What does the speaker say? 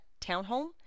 townhome